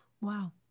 Wow